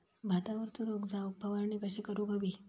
भातावरचो रोग जाऊक फवारणी कशी करूक हवी?